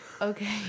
okay